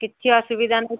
କିଛି ଅସୁବିଧା ନାହିଁ